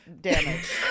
damage